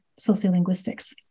sociolinguistics